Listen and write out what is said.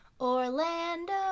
Orlando